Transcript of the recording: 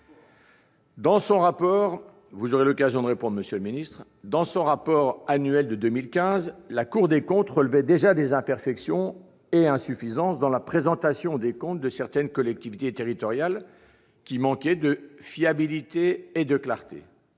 Dans son rapport annuel de 2015, la Cour de comptes relevait déjà des imperfections et des insuffisances dans la présentation des comptes de certaines collectivités territoriales, qui manquaient de fiabilité et de clarté.